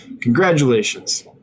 congratulations